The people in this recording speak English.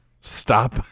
Stop